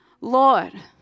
Lord